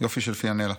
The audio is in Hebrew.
יופי של פינאלה.